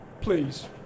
Please